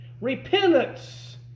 Repentance